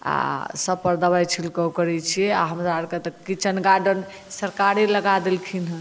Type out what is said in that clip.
आ सबपर दवाइ छिड़काउ करै छियै आ हमराआर के तऽ किचेन गार्डेन सरकारे लगाय देलखिन हँ